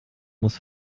muss